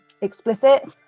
explicit